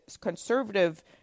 conservative